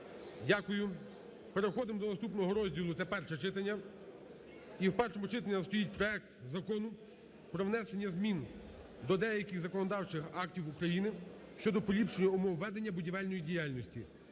Дякую. Переходимо до наступного розділу, це перше читання. І в першому читанні у нас стоїть проект Закону про внесення змін до деяких законодавчих актів України щодо поліпшення умов ведення будівельної діяльності